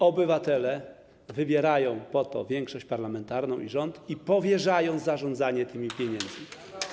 Obywatele wybierają większość parlamentarną i rząd i powierzają zarządzanie tymi pieniędzmi.